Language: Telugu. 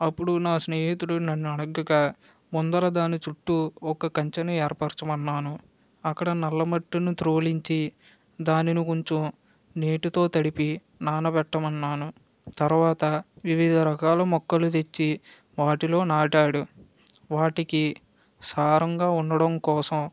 అప్పుడు నా స్నేహితుడు నన్ను అడుగగా ముందర దాని చుట్టూ ఒక కంచెను ఏర్పరచమన్నాను అక్కడ నల్ల మట్టిని త్రోలించి దానిని కొంచెం నీటితో తడిపి నానబెట్టమన్నాను తర్వాత వివిధ రకాల మొక్కలు తెచ్చి వాటిలో నాటాడు వాటికి సారంగా ఉండడం కోసం